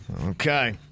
Okay